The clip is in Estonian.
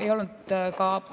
ei olnud